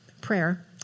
prayer